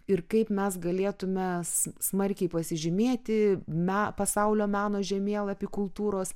ir kaip mes galėtų smarkiai pasižymėti me pasaulio meno žemėlapy kultūros